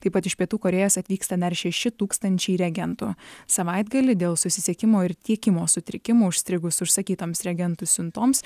taip pat iš pietų korėjos atvyksta dar šeši tūkstančiai reagentų savaitgalį dėl susisiekimo ir tiekimo sutrikimų užstrigus užsakytoms reagentų siuntoms